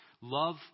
Love